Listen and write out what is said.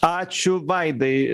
ačiū vaidai